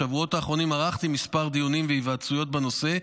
בשבועות האחרונים ערכתי מספר דיונים והיוועצויות בנושא,